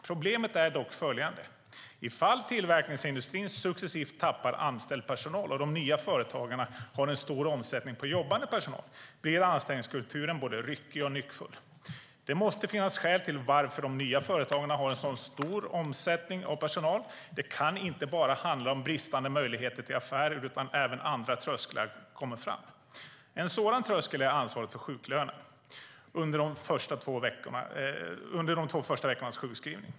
Problemet är dock följande: Om tillverkningsindustrin successivt tappar anställd personal och de nya företagarna har en stor omsättning på jobbande personal blir anställningskulturen både ryckig och nyckfull. Det måste finnas skäl till varför de nya företagen har en så stor omsättning av personal. Det kan inte bara handla om bristande möjligheter till affärer utan även andra trösklar finns. En sådan tröskel är ansvaret för sjuklönen under de två första veckornas sjukskrivning.